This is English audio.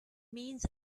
means